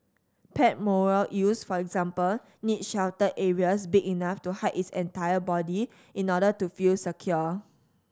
pet moray eels for example need sheltered areas big enough to hide its entire body in order to feel secure